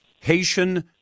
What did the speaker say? Haitian